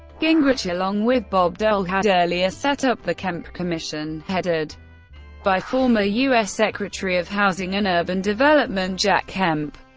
gingrich along with bob dole had earlier set-up the kemp commission, headed by former us secretary of housing and urban development jack kemp,